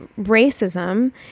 racism